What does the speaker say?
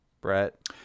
Brett